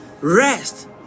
Rest